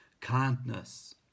kindness